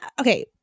Okay